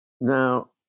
Now